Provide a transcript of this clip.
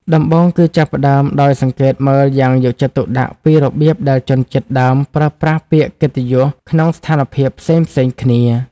ដំបូងគឺចាប់ផ្ដើមដោយសង្កេតមើលយ៉ាងយកចិត្តទុកដាក់ពីរបៀបដែលជនជាតិដើមប្រើប្រាស់ពាក្យកិត្តិយសក្នុងស្ថានភាពផ្សេងៗគ្នា។